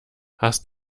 hast